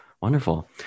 Wonderful